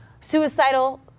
suicidal